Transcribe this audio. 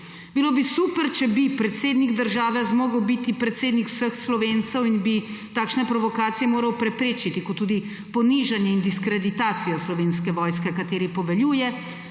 Bilo bi super, če bi predsednik države zmogel biti predsednik vseh Slovence, bi takšne provokacije moral preprečiti kot tudi ponižanje in diskreditacijo Slovenske vojske, kateri poveljuje,